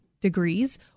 degrees